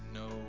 no